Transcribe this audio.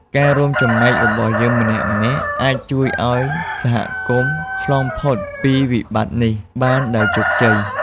ការរួមចំណែករបស់យើងម្នាក់ៗ អាចជួយឱ្យសហគមន៍ឆ្លងផុតពីវិបត្តិនេះបានដោយជោគជ័យ។